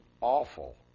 awful